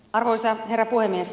arvoisa herra puhemies